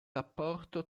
rapporto